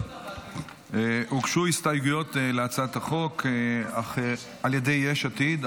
הוגשו הסתייגויות להצעת החוק על ידי יש עתיד,